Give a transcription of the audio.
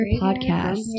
Podcast